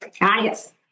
yes